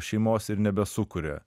šeimos ir nebesukuria